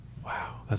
Wow